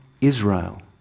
Israel